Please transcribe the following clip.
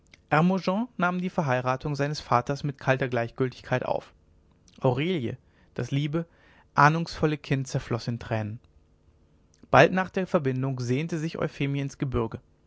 nahm die verheiratung seines vaters mit kalter gleichgültigkeit auf aurelie das liebe ahnungsvolle kind zerfloß in tränen bald nach der verbindung sehnte sich euphemie ins gebürge